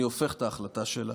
אני הופך את ההחלטה שלה,